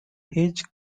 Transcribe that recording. his